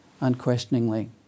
unquestioningly